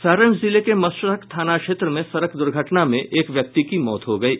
सारण जिले के मशरख थाना क्षेत्र में सड़क दुर्घटना में एक व्यक्ति की मौत हो गयी